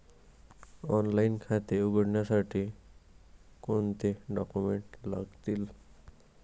Online खाते उघडण्यासाठी कोणते डॉक्युमेंट्स लागतील?